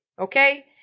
okay